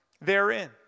therein